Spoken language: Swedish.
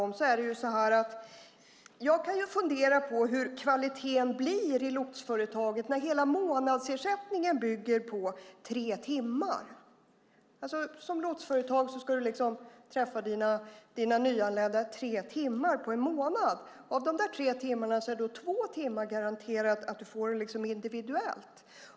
Men jag funderar på hur kvaliteten i lotsföretaget blir när hela månadsersättningen bygger på tre timmar. Från lotsföretaget ska man träffa sina nyanlända tre timmar på en månad. Av de tre timmarna är två garanterade individuellt.